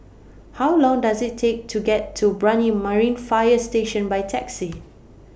How Long Does IT Take to get to Brani Marine Fire Station By Taxi